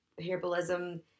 herbalism